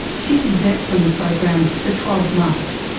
she's exempt from the program for twelve months.